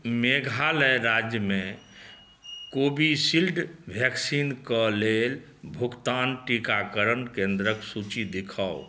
मेघालय राज्यमे Covishield vaccine के लेल भुगतान टीकाकरण केंद्रक सूची दिखाउ